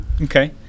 Okay